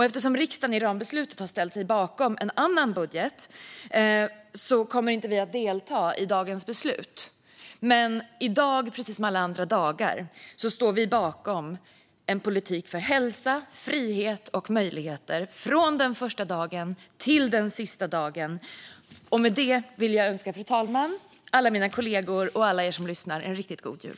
Eftersom riksdagen i rambeslutet har ställt sig bakom en annan budget kommer vi inte att delta i dagens beslut. Men i dag, precis som alla andra dagar, står vi bakom en politik för hälsa, frihet och möjligheter från den första dagen till den sista dagen. Med detta vill jag önska fru talmannen, alla mina kollegor och alla er som lyssnar en riktigt god jul.